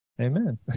Amen